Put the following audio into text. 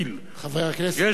יש גם לדברים האלה,